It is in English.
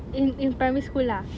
in in primary school lah